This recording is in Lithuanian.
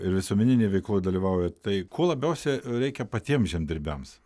ir visuomeninėj veikloj dalyvaujat tai ko labiausiai reikia patiems žemdirbiams